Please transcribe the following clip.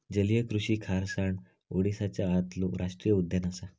जलीय कृषि खारसाण ओडीसाच्या आतलो राष्टीय उद्यान असा